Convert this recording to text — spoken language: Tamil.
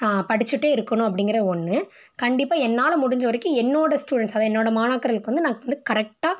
படிச்சுட்டே இருக்கணும் அப்படிங்கிற ஒன்று கண்டிப்பாக என்னால் முடிஞ்ச வரைக்கும் என்னோட ஸ்டூடண்ட்ஸ் அதான் என்னோட மாணாக்கருக்கு வந்து நான் வந்து கரெக்டாக